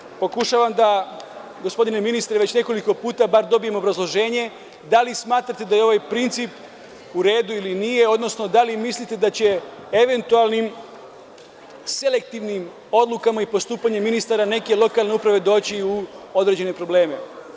Ministre, pokušavam već nekoliko da dobijem bar obrazloženje da li smatrate da je ovaj princip u redu ili nije, odnosno da li mislite da će eventualnim selektivnim odlukama i postupanja ministara neke lokalne uprave doći u određene probleme.